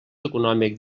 econòmic